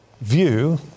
view